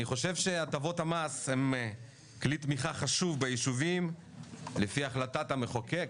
אני חושב שהטבות המס הן כלי תמיכה חשוב בישובים לפי החלטת המחוקק,